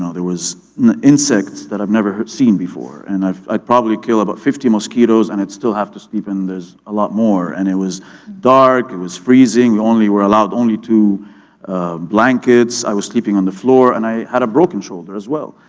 ah there was insects that i've never seen before, and i probably kill about fifty mosquitoes, and i'd still have to sleep, and there's a lot more. and it was dark. it was freezing, you only were allowed only two blankets. i was sleeping on the floor, and i had a broken shoulder as well.